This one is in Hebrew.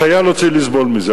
החייל לא צריך לסבול מזה.